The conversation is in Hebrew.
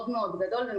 אם